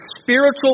spiritual